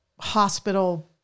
hospital